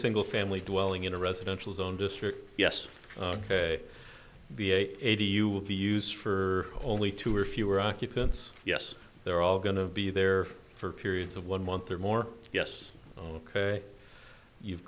single family dwelling in a residential zone district yes ok the eighty you will be used for only two or fewer occupants yes they're all going to be there for periods of one month or more yes ok you've